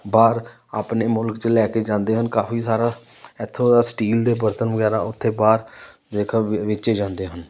ਬਾਹਰ ਆਪਣੇ ਮੁਲਕ 'ਚ ਲੈ ਕੇ ਜਾਂਦੇ ਹਨ ਕਾਫੀ ਸਾਰਾ ਇੱਥੋਂ ਦਾ ਸਟੀਲ ਦੇ ਬਰਤਨ ਵਗੈਰਾ ਉੱਥੇ ਬਾਹਰ ਜੇਕਰ ਵੇ ਵੇਚੇ ਜਾਂਦੇ ਹਨ